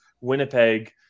Winnipeg